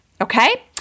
Okay